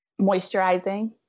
moisturizing